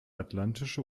atlantische